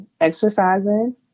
exercising